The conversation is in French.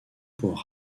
pour